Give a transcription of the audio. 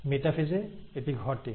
metaphase এ এটি ঘটে